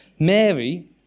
Mary